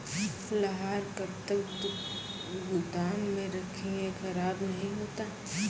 लहार कब तक गुदाम मे रखिए खराब नहीं होता?